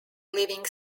living